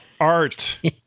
Art